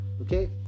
Okay